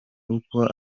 uko